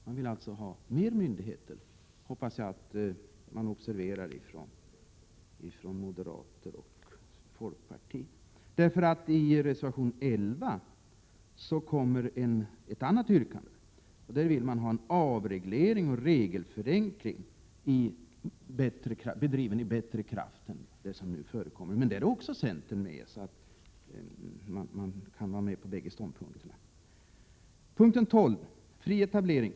De vill alltså ha mer myndigheter, vilket jag hoppas att moderater och folkpartister observerar. I reservation 11 kommer nämligen ett annat yrkande, om att arbetet med avreglering och regelförenkling skall bedrivas med större kraft än nu. Centern är med också på det yrkandet, så det går tydligen bra att ta bägge ståndpunkterna. Reservation 12 handlar om fri etablering.